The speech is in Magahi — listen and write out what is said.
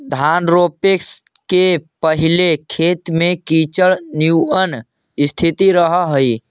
धान रोपे के पहिले खेत में कीचड़ निअन स्थिति रहऽ हइ